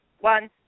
one